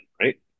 right